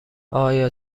آیا